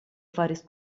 faris